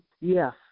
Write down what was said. Yes